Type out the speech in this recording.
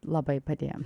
labai padėjo